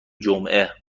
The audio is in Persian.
جمعه